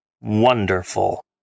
wonderful